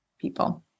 people